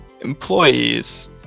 employees